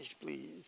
please